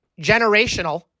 generational